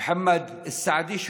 מוחמד סעדי,